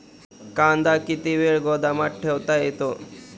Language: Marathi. कांदा किती वेळ गोदामात ठेवता येतो?